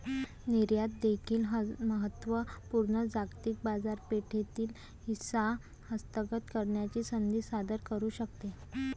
निर्यात देखील महत्त्व पूर्ण जागतिक बाजारपेठेतील हिस्सा हस्तगत करण्याची संधी सादर करू शकते